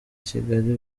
kigali